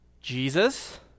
Jesus